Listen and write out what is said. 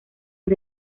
del